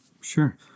Sure